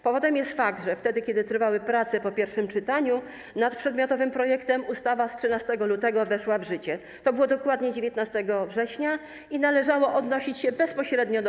Powodem jest fakt, że wtedy kiedy trwały prace po pierwszym czytaniu nad przedmiotowym projektem, ustawa z 13 lutego weszła w życie, to było dokładnie 19 września, i należało odnosić się bezpośrednio do